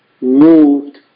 moved